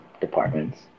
departments